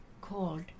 called